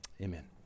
Amen